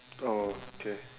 oh okay